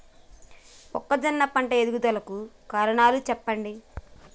మొక్కజొన్న పంట ఎదుగుదల కు కారణాలు చెప్పండి?